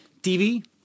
TV